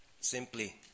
Simply